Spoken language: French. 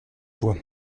toi